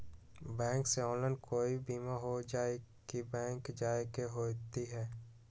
Bank से online कोई बिमा हो जाई कि बैंक जाए के होई त?